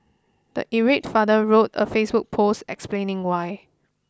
the irate father wrote a Facebook post explaining why